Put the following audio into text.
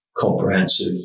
comprehensive